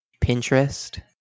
Pinterest